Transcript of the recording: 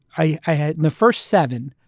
i had the first seven.